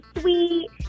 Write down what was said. sweet